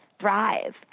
thrive